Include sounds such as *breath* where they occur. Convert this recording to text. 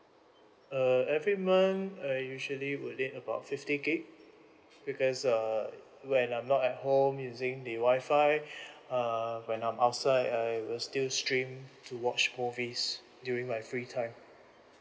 err every month I usually would need about fifty gig because err when I'm not at home using the wi-fi *breath* uh when I'm outside I will still stream to watch movies during my free time